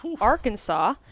Arkansas